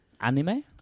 Anime